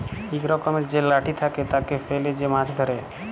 ইক রকমের যে লাঠি থাকে, তাকে ফেলে যে মাছ ধ্যরে